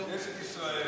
כנסת ישראל